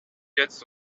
jetzt